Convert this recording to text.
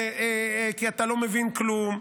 כי אתה לא מבין כלום,